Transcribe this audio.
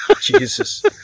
Jesus